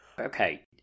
okay